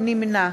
נמנע